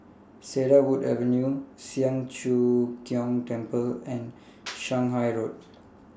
Cedarwood Avenue Siang Cho Keong Temple and Shanghai Road